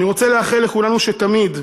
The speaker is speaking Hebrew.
אני רוצה לאחל לכולנו שתמיד,